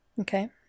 okay